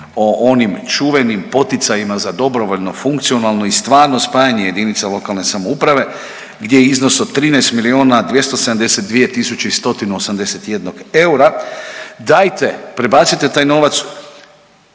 o onim čuvenim poticajima za dobrovoljno, funkcionalno i stvarno spajanje jedinica lokalne samouprave gdje iznos od 13 milijuna 272 tisuće i 181 eura dajte prebacite taj novac